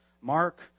Mark